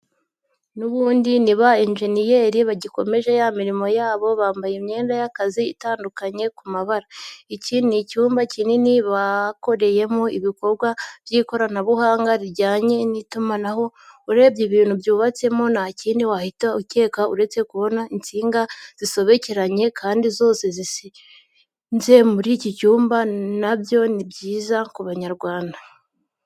N'ubundi ni b'abanjeniyeri bagikomeje ya mirimo yabo, bambaye imyenda y'akazi itandukanye ku mabara. Iki ni icyumba kinini bakoreyemo ibikorwa by'ikoranabuhanga rijyanye n'itumanaho, urebye ibintu byubatsemo nta kindi wahita ukeka uretse kubona intsinga zisobekeranye kandi zose zishinze muri ki cyumba na byo ni byiza ku Banyarwanda.